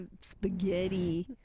Spaghetti